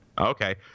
okay